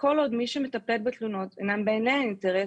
כל עוד מי שמטפל בתלונות הם בעלי אינטרס,